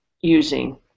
using